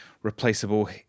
replaceable